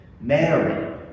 mary